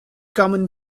common